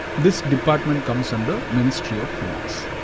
this department comes under ministry of finance.